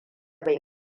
bai